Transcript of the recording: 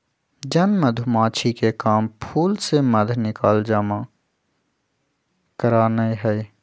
जन मधूमाछिके काम फूल से मध निकाल जमा करनाए हइ